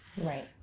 Right